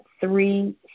three